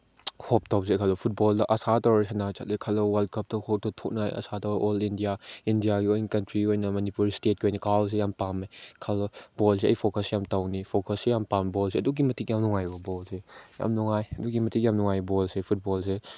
ꯍꯣꯞ ꯇꯧꯖꯩ ꯈꯜꯂꯣ ꯐꯨꯠꯕꯣꯜꯗ ꯑꯁꯥ ꯇꯧꯔ ꯁꯥꯟꯅ ꯆꯠꯂꯦ ꯈꯜꯂꯣ ꯋꯥꯔꯜ ꯀꯞꯇ ꯈꯣꯠꯇ ꯊꯣꯛꯂꯦ ꯑꯁꯥꯗꯣ ꯑꯣꯜ ꯏꯟꯗꯤꯌꯥ ꯏꯟꯗꯤꯌꯥꯒꯤ ꯑꯣꯏꯅ ꯀꯟꯇ꯭ꯔꯤꯒꯤ ꯑꯣꯏꯅ ꯃꯅꯤꯄꯨꯔ ꯏꯁꯇꯦꯠꯀꯤ ꯑꯣꯏꯅ ꯀꯥꯎꯜꯁꯦ ꯌꯥꯝ ꯄꯥꯝꯃꯦ ꯈꯜꯂꯣ ꯕꯣꯜꯁꯦ ꯑꯩ ꯌꯥꯝ ꯐꯣꯀꯁ ꯇꯧꯅꯤ ꯐꯣꯀꯁꯁꯦ ꯌꯥꯝ ꯄꯥꯝꯃꯦ ꯕꯣꯜꯁꯦ ꯑꯗꯨꯛꯀꯤ ꯃꯇꯤꯛ ꯌꯥꯝ ꯅꯨꯡꯉꯥꯏꯕ ꯕꯣꯜꯁꯦ ꯌꯥꯝ ꯅꯨꯡꯉꯥꯏ ꯑꯗꯨꯛꯀꯤ ꯃꯇꯤꯛ ꯌꯥꯝ ꯅꯨꯡꯉꯥꯏ ꯕꯣꯜꯁꯦ ꯐꯨꯠꯕꯣꯜꯁꯦ